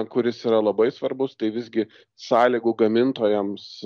kuris yra labai svarbus tai visgi sąlygų gamintojams